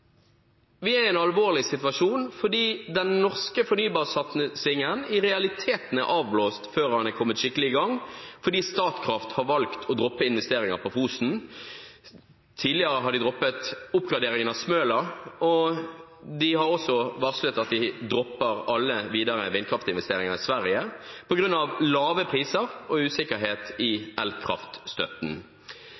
Vi er i en alvorlig situasjon fordi den norske fornybarsatsingen i realiteten er avblåst før den er kommet skikkelig i gang, fordi Statkraft har valgt å droppe investeringer på Fosen. Tidligere har de droppet oppgraderingen av Smøla, og de har også varslet at de dropper alle videre vindkraftinvesteringer i Sverige på grunn av lave priser og usikkerhet i elkraftstøtten.